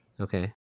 Okay